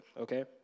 okay